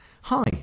hi